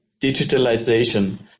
digitalization